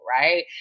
right